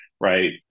right